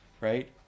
right